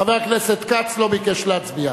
חבר הכנסת כץ לא ביקש להצביע.